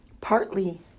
partly